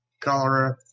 cholera